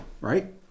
right